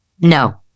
No